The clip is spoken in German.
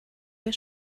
wir